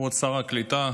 כבוד שר הקליטה,